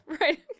right